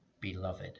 beloved